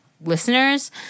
listeners